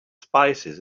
spices